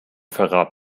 verrat